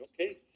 okay